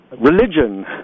religion